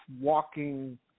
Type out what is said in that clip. walking